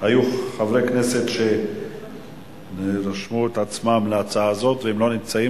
היו חברי כנסת שרשמו את עצמם להצעה הזאת והם לא נמצאים.